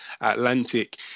Atlantic